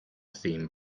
theme